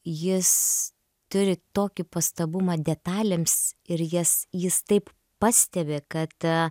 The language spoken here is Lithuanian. jis turi tokį pastabumą detalėms ir jas jis taip pastebi kad